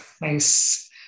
Nice